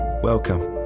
Welcome